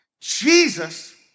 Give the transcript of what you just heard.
Jesus